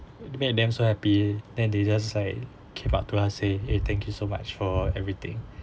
made them so happy then they just like came up to us say eh thank you so much for everything